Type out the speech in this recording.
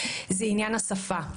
היא עניין השפה: